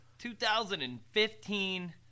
2015